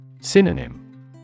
Synonym